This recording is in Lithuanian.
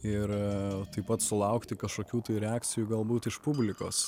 ir taip pat sulaukti kažkokių reakcijų galbūt iš publikos